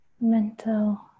mental